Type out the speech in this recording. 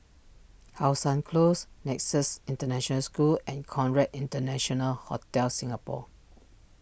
How Sun Close Nexus International School and Conrad International Hotel Singapore